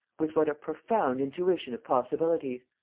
with what a profound intuition of possibilities!